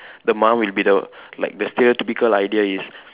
the mum will be the like the stereotypical idea is